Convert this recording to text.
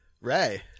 Ray